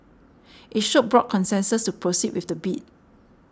it showed broad consensus to proceed with the bid